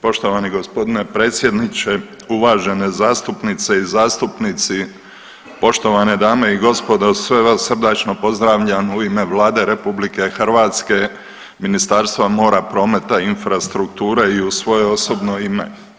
Poštovani g. predsjedniče, uvažene zastupnice i zastupnici, poštovane dame i gospodo, sve vas srdačno pozdravljam u ime Vlade RH, u Ministarstva mora, prometa i infrastrukture i u svoje osobno ime.